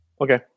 Okay